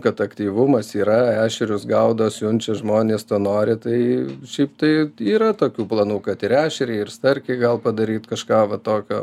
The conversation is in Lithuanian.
kad aktyvumas yra ešerius gaudo siunčia žmonės to nori tai šiaip tai yra tokių planų kad ir ešerį ir starkį gal padaryt kažką va tokio